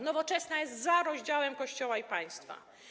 Nowoczesna jest za rozdziałem Kościoła i państwa.